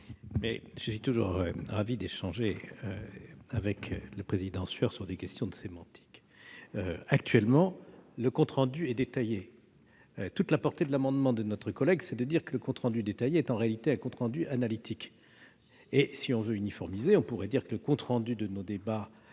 Je suis toujours ravi d'échanger avec le président Sueur sur des questions de sémantique. Actuellement, le compte rendu est détaillé : toute la portée de l'amendement de notre collègue est de dire que le compte rendu détaillé est en réalité un compte rendu analytique. Si l'on veut uniformiser, on pourrait dire que le compte rendu de nos débats